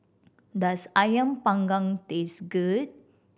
does Ayam Panggang taste good